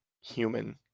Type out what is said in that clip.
human